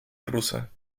rusa